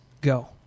go